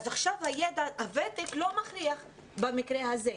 אז עכשיו הוותק לא מוכרח במקרה הזה.